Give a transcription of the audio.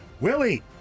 Willie